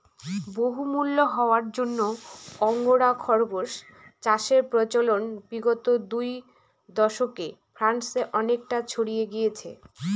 বহুমূল্য হওয়ার জন্য আঙ্গোরা খরগোস চাষের প্রচলন বিগত দু দশকে ফ্রান্সে অনেকটা ছড়িয়ে গিয়েছে